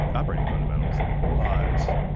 operating fundamentals. but